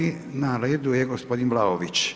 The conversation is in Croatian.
I na redu je gospodin Vlaović.